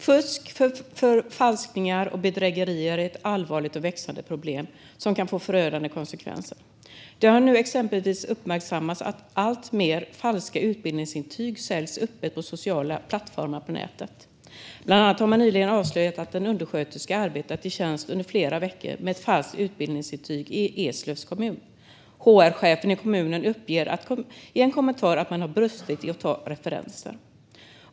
Fru talman! Fusk, förfalskningar och bedrägerier är ett allvarligt och växande problem som kan få förödande konsekvenser. Det har nu exempelvis uppmärksammats att allt fler falska utbildningsintyg säljs öppet på sociala plattformar på nätet. Bland annat har det nyligen avslöjats att en undersköterska varit i tjänst under flera veckor med ett falskt utbildningsintyg i Eslövs kommun. HR-chefen i kommunen uppger i en kommentar att man har brustit i att ta referenser.